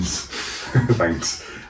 Thanks